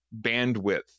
bandwidth